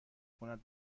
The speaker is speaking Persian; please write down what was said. کند